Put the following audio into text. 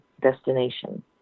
destination